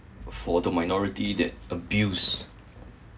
for the minority that abuse